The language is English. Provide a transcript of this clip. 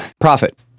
Profit